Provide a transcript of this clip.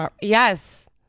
Yes